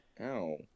Ow